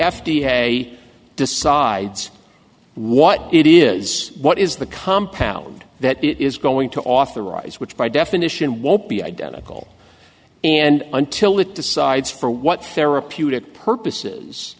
a decides what it is what is the compound that it is going to authorize which by definition won't be identical and until it decides for what therapeutic purposes